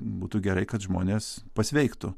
būtų gerai kad žmonės pasveiktų